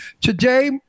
Today